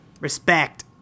Respect